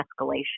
escalation